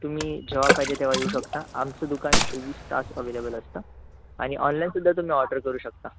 तुम्ही जेव्हा पाहिजे तेव्हा येऊ शकता आमचं दुकान चोवीस तास अव्हेलेबल असतं आणि ऑनलाईनसुद्धा तुम्ही ऑर्डर करू शकता